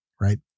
right